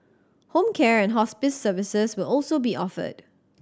home care and hospice services will also be offered